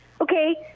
Okay